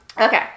okay